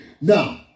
Now